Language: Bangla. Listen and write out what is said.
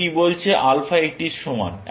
এটি বলছে আলফা 80 এর সমান